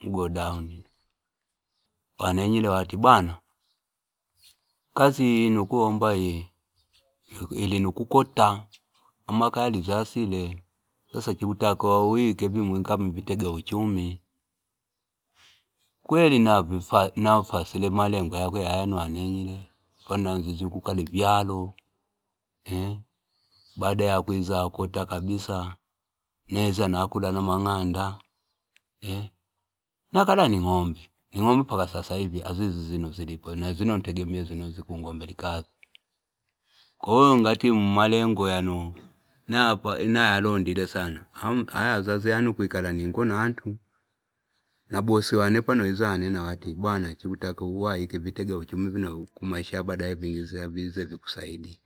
umugoda uni wana wanenyile wati bwana ikazi ii ino ukumuomba ii ilinukukota, sasa chikutakiwa uike vimvi kama vitega uchumi ikweli nafasile malengo yakeyaya yano wananyile apano nanzizye ukikala vyato baada yakwiza kota kabiza niza nakula na mang'anda nakala ivyato baada yakwiza kota kabiza niza nakula na mang'anda nakala ning'ombe mpaka sasa hivi azizi zino zilipo na azino integemie azino zikungo mbela ni kazi kwahiyo ngate malengo nayalandile sana aya ya zazai yane kuikali ningo na antu na bosi wane pano wiza wanena wati bwana chikutakiwawaika vitega uchumi vino kumaisha ya baadae vingacha vize vikusaidie.